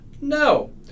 No